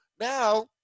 now